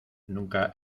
nunca